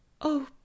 Oh